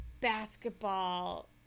basketball